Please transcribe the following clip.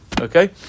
Okay